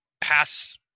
pass